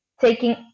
taking